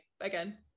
again